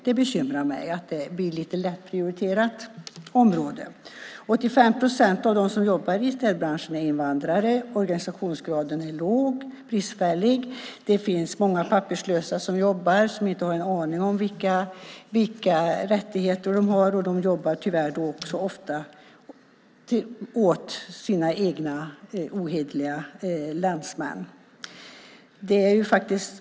Det bekymrar mig att området blir lite lättprioriterat. 85 procent av dem som jobbar i städbranschen är invandrare. Organisationsgraden är låg eller bristfällig. Många papperslösa jobbar utan att ha en aning om vilka rättigheter de har. Tyvärr jobbar de ofta åt ohederliga landsmän.